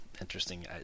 interesting